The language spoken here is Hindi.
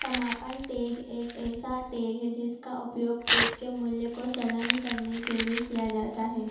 समापन टैग एक ऐसा टैग है जिसका उपयोग टैग के मूल्य को संलग्न करने के लिए किया जाता है